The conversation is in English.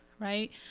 right